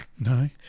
no